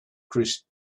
christina